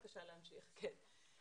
אנחנו ביקשנו לקבל את זה לוועדה לפני הדיון.